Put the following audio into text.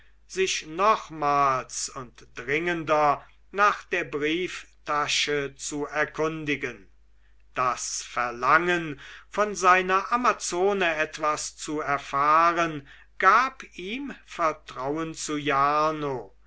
sich nochmals und dringender nach der brieftasche zu erkundigen das verlangen von seiner amazone etwas zu erfahren gab ihm vertrauen zu jarno